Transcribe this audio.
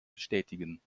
bestätigen